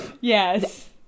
yes